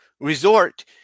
resort